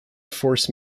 force